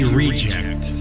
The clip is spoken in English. reject